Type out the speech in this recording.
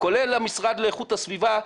כולל המשרד לאיכות הסביבה,